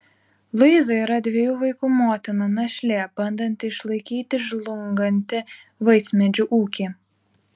luiza yra dviejų vaikų motina našlė bandanti išlaikyti žlungantį vaismedžių ūkį